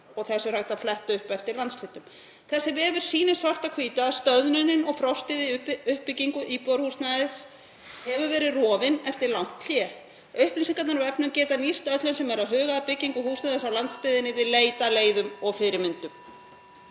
Þessu er hægt að fletta upp eftir landshlutum. Þessi vefur sýnir svart á hvítu að stöðnunin og frostið í uppbyggingu íbúðarhúsnæðis hefur verið rofið eftir langt hlé. Upplýsingarnar á vefnum geta nýst öllum sem eru að huga að byggingu húsnæðis á landsbyggðinni við leit að leiðum og fyrirmyndum.